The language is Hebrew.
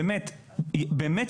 באמת לילות כימים,